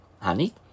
honey